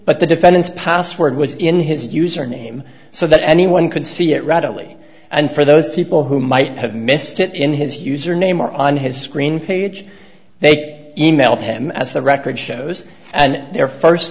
but the defendant's password was in his user name so that anyone could see it readily and for those people who might have missed it in his user name or on his screen page they e mailed him as the record shows and their first